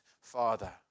father